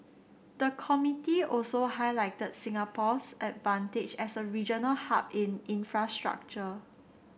the committee also highlighted Singapore's advantage as a regional hub in infrastructure